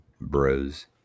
bros